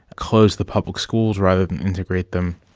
closed the public schools rather than integrate them.